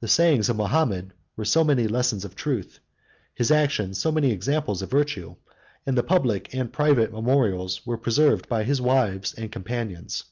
the sayings of mahomet were so many lessons of truth his actions so many examples of virtue and the public and private memorials were preserved by his wives and companions.